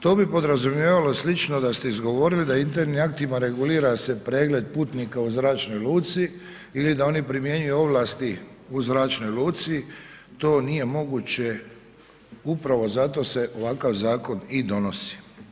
To bi podrazumijevalo slično da se izgovorili da internim aktima regulira se pregled putnika u zračnoj luci ili da oni primjenjuju ovlasti u zračnoj luci, to nije moguće, upravo zato se ovakav zakon i donosi.